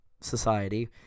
society